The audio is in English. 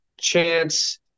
chance